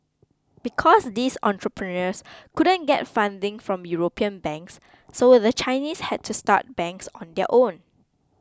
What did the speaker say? because these entrepreneurs couldn't get funding from European banks so the Chinese had to start banks on their own